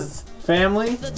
Family